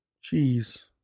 Cheese